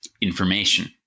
information